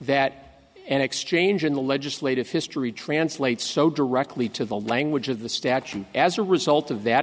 that an exchange in the legislative history translates so directly to the language of the statute as a result of that